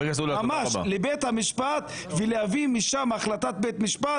לבית המשפט ולהביא משם החלטת בית משפט